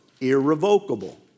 Irrevocable